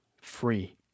free